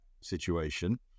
situation